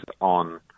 on